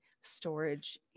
storage